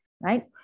right